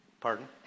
Pardon